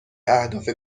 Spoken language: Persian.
اهداف